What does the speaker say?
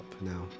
now